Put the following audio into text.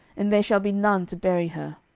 and there shall be none to bury her.